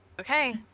Okay